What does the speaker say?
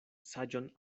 saĝon